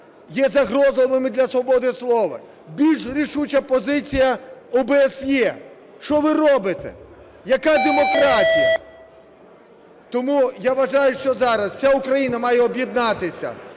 є загрозливими для свободи слова. Більш рішуча позиція ОБСЄ. Що ви робите? Яка демократія? Тому я вважаю, що зараз вся Україна має об'єднатися